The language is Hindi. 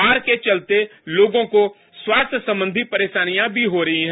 बाढ के चलते लोगों को स्वास्थ्य संबंधी परेशानियां भी हो रही है